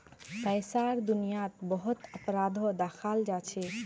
पैसार दुनियात बहुत अपराधो दखाल जाछेक